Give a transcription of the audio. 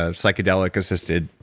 ah psychedelic assisted